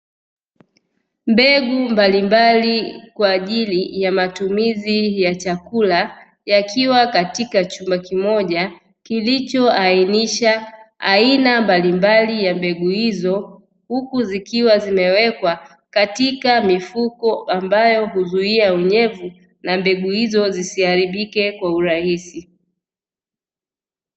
Mbegu mbalimbali kwa ajili ya matumizi ya chakula yakiwa katika chumba kimoja kilichoainisha aina mbalimbali ya mbegu hizo, huku zikiwa zimewekwa katika mifuko ambayo huzuia unyevu na mbegu hizo zisiharibike kwa urahisi.